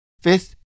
Fifth